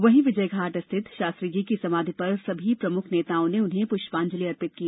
वहीं विजयघाट स्थित शास्त्री जी की समाधी पर सभी प्रमुख नेताओं ने उन्हें पुष्मांजलि अर्पित की